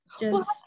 just-